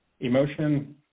Emotion